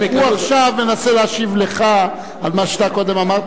הוא עכשיו מנסה להשיב לך על מה שאתה קודם אמרת.